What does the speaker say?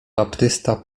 baptysta